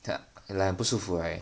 ya like 很不舒服 right